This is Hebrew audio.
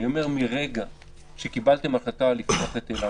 מרגע שקיבלתם החלטה לפתוח את אילת,